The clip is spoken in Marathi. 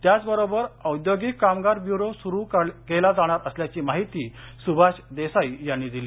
त्याचबरोबर औद्योगिक कामगार ब्यूरो सुरू केला जाणार असल्याची माहिती सुभाष देसाई यांनी दिली